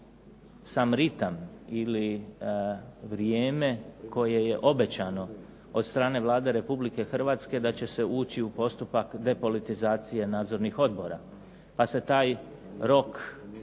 sam ritam ili vrijeme koje je obećano od strane Vlada Republike Hrvatske da će se ući u postupak depolitizacije nadzornih odbora, pa se taj rok